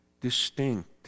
distinct